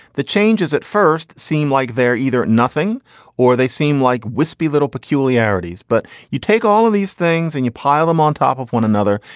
the changes at first seem like they're either nothing or they seem like wispy little peculiarities. but you take all of these things and you pile them on top of one another.